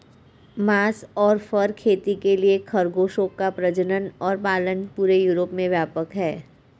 मांस और फर खेती के लिए खरगोशों का प्रजनन और पालन पूरे यूरोप में व्यापक है